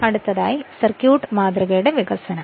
അടുത്തതായി സർക്യൂട്ട് മാതൃകയുടെ വികസനം